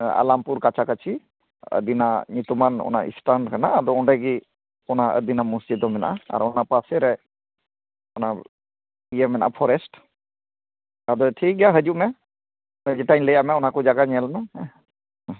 ᱦᱮᱸ ᱟᱞᱟᱢᱯᱩᱨ ᱠᱟᱪᱷᱟᱠᱟᱪᱷᱤ ᱟᱹᱫᱤᱱᱟ ᱧᱩᱛᱩᱢᱟᱱ ᱚᱱᱟ ᱥᱛᱷᱟᱱ ᱠᱟᱱᱟ ᱟᱫᱚ ᱚᱸᱰᱮ ᱜᱤ ᱚᱱᱟ ᱟᱹᱫᱤᱱᱟ ᱢᱚᱥᱡᱤᱫ ᱫᱚ ᱢᱮᱱᱟᱜᱼᱟ ᱟᱨ ᱚᱱᱟ ᱯᱟᱥᱮ ᱨᱮ ᱚᱱᱟ ᱤᱭᱟᱹ ᱢᱮᱱᱟᱜᱼᱟ ᱯᱷᱚᱨᱮᱥᱴ ᱟᱫᱚ ᱴᱷᱤᱠᱜᱮᱭᱟ ᱦᱟᱹᱡᱩᱜ ᱢᱮ ᱦᱮᱸ ᱡᱮᱴᱟᱧ ᱞᱟᱹᱭᱟᱫ ᱢᱮ ᱚᱱᱟ ᱠᱚ ᱡᱟᱭᱜᱟ ᱧᱮᱞ ᱢᱮ ᱦᱮᱸ ᱦᱮᱸ